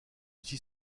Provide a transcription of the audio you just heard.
aussi